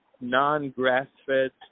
non-grass-fed